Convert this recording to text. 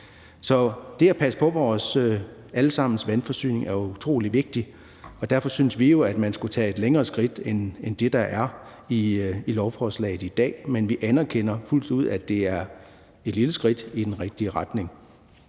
Så det at passe på vores alle sammens vandforsyning er utrolig vigtigt, og derfor synes vi jo, at man skulle tage et længere skridt end det, der er i lovforslaget i dag. Men vi anerkender fuldt ud, at det er et lille skridt i den rigtige retning